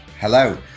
Hello